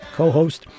co-host